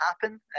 happen